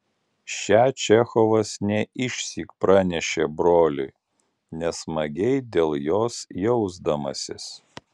šią čechovas ne išsyk pranešė broliui nesmagiai dėl jos jausdamasis